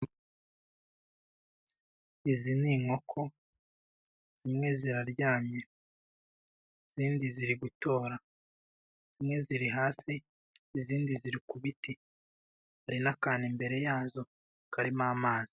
Izi ni inkoko zimwe ziraryamye, izindi ziri gutora, zimwe ziri hasi, izindi ziri ku biti, hari n'akantu imbere yazo karimo amazi.